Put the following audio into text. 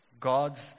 God's